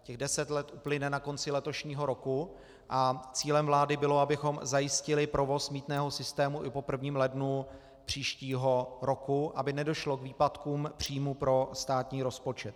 Těch deset let uplyne na konci letošního roku a cílem vlády bylo, abychom zajistili provoz mýtného systému i po 1. lednu příštího roku, aby nedošlo k výpadkům příjmů pro státní rozpočet.